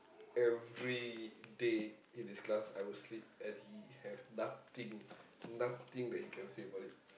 everyday in his class I would sleep and he have nothing nothing that he can say about it